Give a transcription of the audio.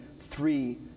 three